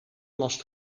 last